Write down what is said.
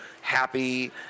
happy